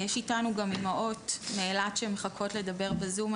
יש אתנו גם אמהות מאילת שמחכות לדבר בזום,